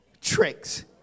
tricks